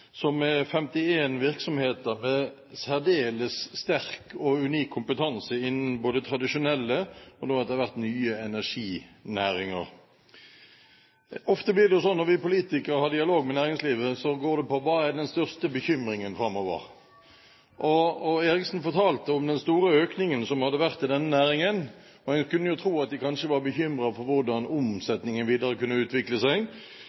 unik kompetanse innen både tradisjonelle og etter hvert nye energinæringer. Ofte blir det jo sånn når vi politikere har dialog med næringslivet, at det går på hva som er den største bekymringen framover. Dagrun Eriksen fortalte om den store økningen som har vært i denne næringen, og en kunne jo tro at de kanskje var bekymret for hvordan omsetningen kunne utvikle seg